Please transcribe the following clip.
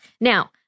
Now